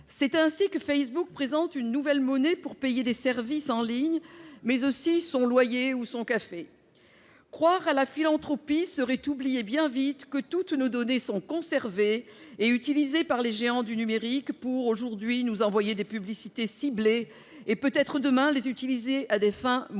c'est ainsi que Facebook présente une nouvelle monnaie destinée à payer des services en ligne, mais aussi son loyer ou son café. Croire à une démarche philanthropique serait oublier bien vite que toutes nos données sont conservées et utilisées par les géants du numérique pour, aujourd'hui, nous envoyer des publicités ciblées, et peut-être, demain, les utiliser à des fins moins